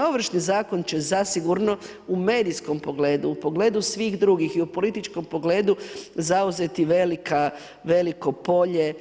Ovršni zakon će zasigurno u medijskom pogledu, u pogledu svih drugih i u političkom pogledu zauzeti veliko polje